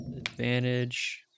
advantage